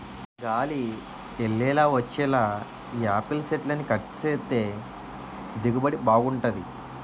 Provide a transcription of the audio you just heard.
గాలి యెల్లేలా వచ్చేలా యాపిల్ సెట్లని కట్ సేత్తే దిగుబడి బాగుంటది